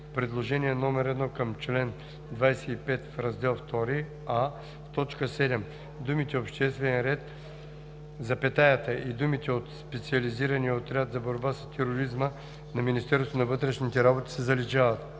приложение № 1 към чл. 25 в раздел II: а) в т. 7 след думите „обществен ред“ запетаята и думите „от Специализирания отряд за борба с тероризма на Министерството на вътрешните работи“ се заличават;